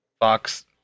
box